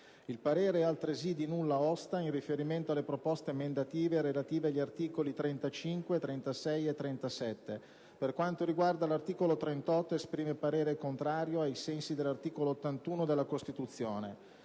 Il parere è altresì di nulla osta in riferimento alle proposte emendative relative agli articoli 35, 36 e 37. Per quanto riguarda l'articolo 38, esprime parere contrario, ai sensi dell'articolo 81 della Costituzione,